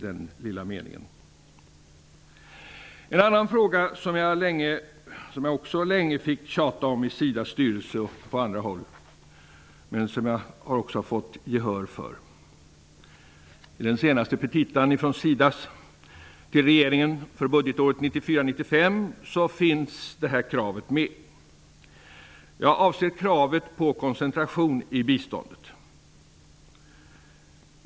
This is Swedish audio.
Det finns en annan fråga som jag också länge har fått tjata om i SIDA:s styrelse och på andra håll, men som jag nu har fått gehör för. I den senaste petitan från SIDA till regeringen för budgetåret 1994/95 finns det kravet med. Vad jag avser är kravet på koncentration i biståndet.